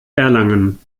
erlangen